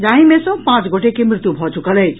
जाहि मे सँ पांच गोटे के मृत्यु भऽ चुकल अछि